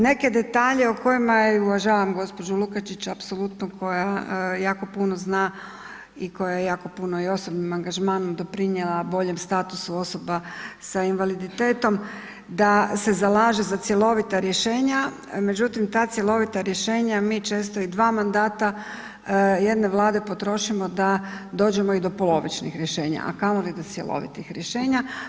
Neke detalje u kojima ja uvažavam gđu. Lukačić apsolutno koja jako puno zna i koje je jako puno i osobnim angažmanom doprinijela boljem statusu osoba sa invaliditetom da se zalaže za cjelovita rješenja, međutim ta cjelovita rješenja mi često i dva mandata jedne Vlade potrošimo da dođemo i do polovičnih rješenja, a kamoli do cjelovitih rješenja.